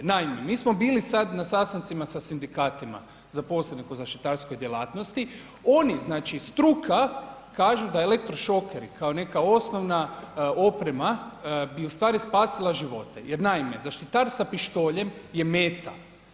Naime, mi smo bili sad na sastavcima sa sindikatima zaposlenih u zaštitarskoj djelatnosti, oni znači struka kažu da elektrošokeri kao neka osnovna oprema bi ustvari spasila živote jer naime, zaštitari sa pištoljem je meta.